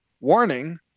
warning